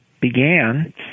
began